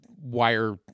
wire